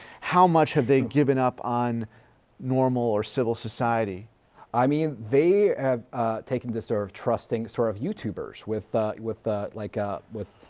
how much have they given up on normal or civil society? view i mean, they have taken to serve trusting sort of youtubers with with ah like ah with,